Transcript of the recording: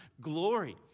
glory